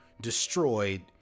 destroyed